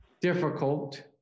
difficult